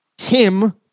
Tim